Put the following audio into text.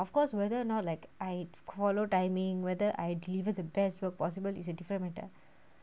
of course whether or not like I follow timing whether I deliver the best will possible is a different matter